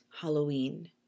Halloween